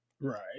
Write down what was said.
Right